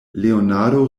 leonardo